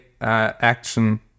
action